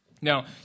Now